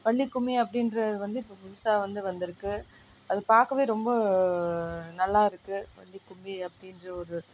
வள்ளிக்கும்மி அப்படின்றது வந்து இப்போ புதுசாக வந்து வந்திருக்கு அது பார்க்கவே ரொம்ப நல்லாயிருக்கு வள்ளிக்கும்மி அப்படின்ற ஒரு